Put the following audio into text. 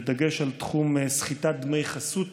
וכן דגש על תחום סחיטת דמי חסות